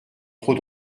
trop